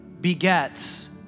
begets